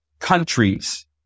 Countries